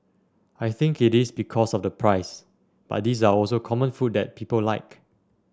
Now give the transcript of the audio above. I think it is because of the price but these are also common food that people like